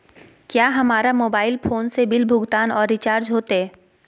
क्या हमारा mobile phone से बिल भुगतान और रिचार्ज होते?